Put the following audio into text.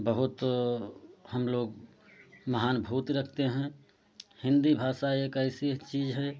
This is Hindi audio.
बहुत हम लोग महान भूत रखते हैं हिंदी भाषा एक ऐसी चीज़ है